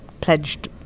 pledged